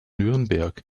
nürnberg